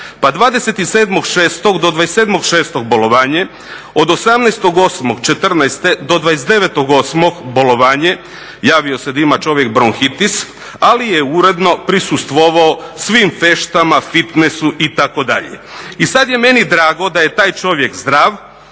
pa 207.6. do 27.6. bolovanje, od 18.8.2014. do 29.8. bolovanje, javio se da ima čovjek bronhitis ali je uredno prisustvovao svim feštama, fitnesu itd.. I sada je meni drago da je taj čovjek zdrav,